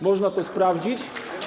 Można to sprawdzić.